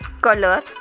color